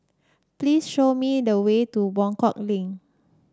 please show me the way to Buangkok Link